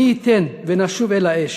מי ייתן ונשוב אל האש